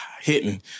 Hitting